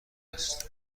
است